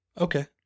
Okay